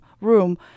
room